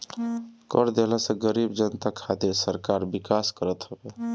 कर देहला से गरीब जनता खातिर सरकार विकास करत हवे